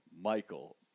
Michael